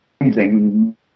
amazing